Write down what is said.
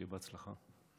שיהיה בהצלחה בתפקיד.